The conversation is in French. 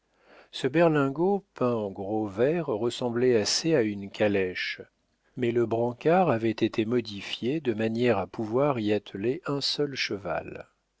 ce berlingot peint en gros vert ressemblait assez à une calèche mais le brancard avait été modifié de manière à pouvoir y atteler un seul cheval